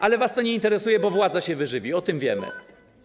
Ale was to nie interesuje, bo władza się wyżywi, o tym wiemy.